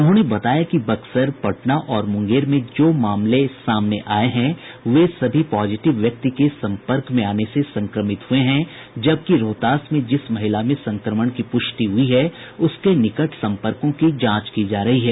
उन्होंने बताया कि बक्सर पटना और मुंगेर में जो मामले सामने आये हैं वे सभी पॉजिटिव व्यक्ति के सम्पर्क में आने से संक्रमित हये हैं जबकि रोहतास में जिस महिला में संक्रमण की प्रष्टि हुई है उसके निकट सम्पर्को की जांच की जा रही है